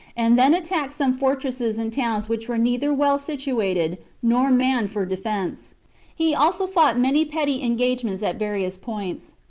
and then attacked some fortresses and towns which were neither well situated, nor manned for defence he also fought many petty engagements at various points.